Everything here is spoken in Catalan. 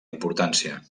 importància